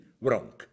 wrong